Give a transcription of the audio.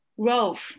growth